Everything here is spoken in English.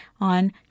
on